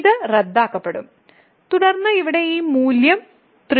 ഇത് റദ്ദാക്കപ്പെടും തുടർന്ന് ഇവിടെ ഈ മൂല്യം 3